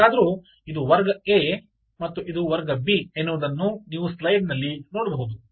ಹೇಗಾದರೂ ಇದು ವರ್ಗ ಎ ಮತ್ತು ಇದು ವರ್ಗ ಬಿ ಎನ್ನುವುದನ್ನು ನೀವು ಸ್ಲೈಡಿನಲ್ಲಿ ನೋಡಬಹುದು